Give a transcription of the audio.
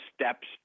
steps